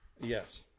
Yes